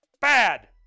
Bad